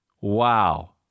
Wow